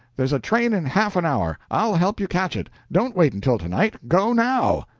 there's a train in half an hour. i'll help you catch it. don't wait until tonight go now!